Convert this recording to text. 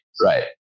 right